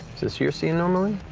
this your scene normally?